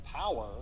power